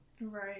Right